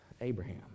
Abraham